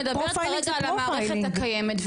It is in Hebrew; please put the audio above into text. אבל, את מדברת כרגע על המערכת הקיימת.